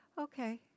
okay